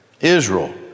Israel